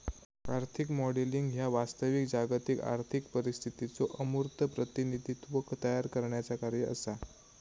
आर्थिक मॉडेलिंग ह्या वास्तविक जागतिक आर्थिक परिस्थितीचो अमूर्त प्रतिनिधित्व तयार करण्याचा कार्य असा